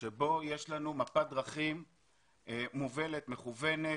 ולהגיד שיש לנו מפת דרכים מובלת, מכוונת,